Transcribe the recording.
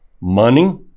Money